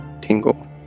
tingle